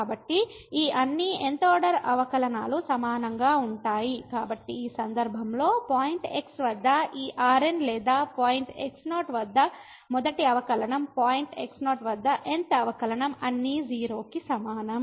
కాబట్టి ఈ అన్ని nth ఆర్డర్ అవకలనాలు సమానంగా ఉంటాయి కాబట్టి ఈ సందర్భంలో పాయింట్ x వద్ద ఈ Rn లేదా పాయింట్ x0 వద్ద మొదటి అవకలనం పాయింట్ x0 వద్ద nth అవకలనం అన్నీ 0 కి సమానం